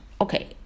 okay